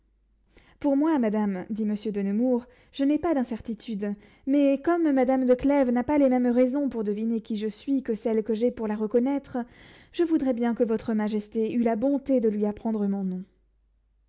pour moi madame dit monsieur de nemours je n'ai pas d'incertitude mais comme madame de clèves n'a pas les mêmes raisons pour deviner qui je suis que celles que j'ai pour la reconnaître je voudrais bien que votre majesté eût la bonté de lui apprendre mon nom